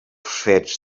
fets